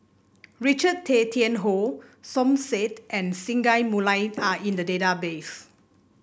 Richard Tay Tian Hoe Som Said and Singai Mukilan are in the database